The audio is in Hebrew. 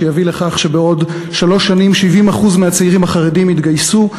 שיביא לכך שבעוד שלוש שנים 70% מהצעירים החרדים יתגייסו,